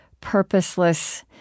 purposeless